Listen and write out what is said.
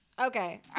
Okay